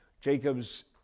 Jacob's